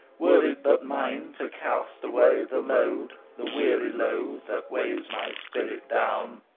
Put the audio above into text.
were it but mine to cast away the load, the weary load, that weighs my spirit down.